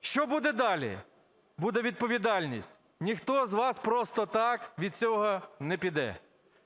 Що буде далі? Буде відповідальність. Ніхто з вас просто так від цього не піде.